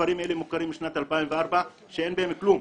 הכפרים האלה מוכרים משנת 2004 ואין בהם כלום.